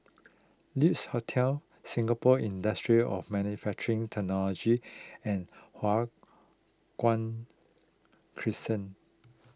Lex Hotel Singapore Industry of Manufacturing Technology and Hua Guan Crescent